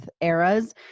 eras